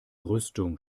rüstung